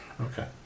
Okay